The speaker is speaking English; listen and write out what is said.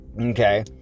Okay